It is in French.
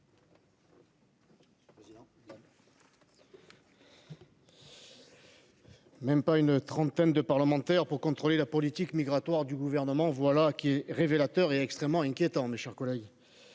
Même pas une trentaine de parlementaires pour contrôler la politique migratoire du gouvernement, voilà qui est révélateur est extrêmement inquiétant, mes chers collègues,